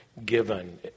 Given